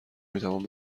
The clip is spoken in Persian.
میتوان